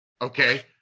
okay